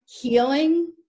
healing